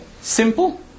Simple